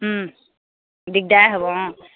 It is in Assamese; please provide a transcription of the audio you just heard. দিগদাৰ হ'ব অঁ